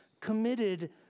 committed